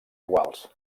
iguals